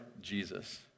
Jesus